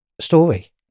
story